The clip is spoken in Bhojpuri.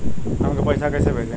हमके पैसा कइसे भेजी?